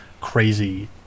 crazy